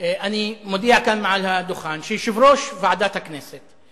אני מודיע כאן מעל הדוכן שיושב-ראש ועדת הכנסת,